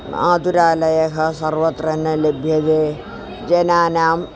औषधालयः सर्वत्र न लभ्यते जनानां